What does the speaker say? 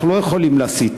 אנחנו לא יכולים להסית.